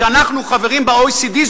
אנחנו חברים ב-OECD,